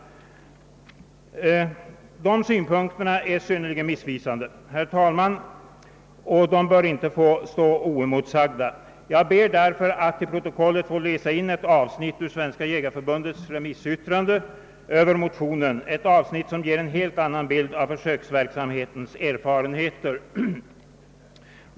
Dessa synpunkter är synnerligen missvisande, herr talman, och bör inte få stå oemotsagda. Jag ber därför att till protokollet få läsa in ett avsnitt ur Svenska jägareförbundets remissyttrande över motionen, ett avsnitt som ger en helt annan bild av försöksverksamhetens erfarenheter.